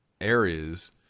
areas